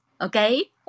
okay